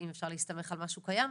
האם אפשר להסתמך על משהו קיים,